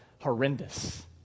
horrendous